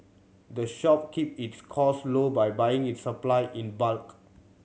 the shop keep its cost low by buying its supply in bulk